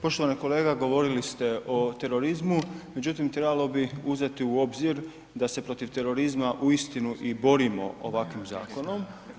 Poštovani kolega, govorili ste o terorizmu međutim trebalo bi uzeti u obzir da se protiv terorizma uistinu i borimo ovakvim zakonom.